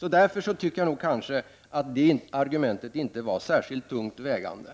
Därför tycker jag nog att det argumentet inte var särskilt tungt vägande.